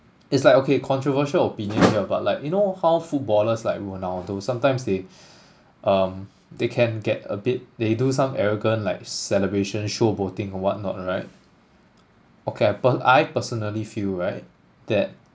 it's like okay controversial opinion here but like you know how footballers like ronaldo sometimes they um they can get a bit they do some arrogant like celebration showboating or whatnot right okay I per~ I personally feel right that